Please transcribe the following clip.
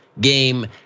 game